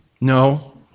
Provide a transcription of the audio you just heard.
No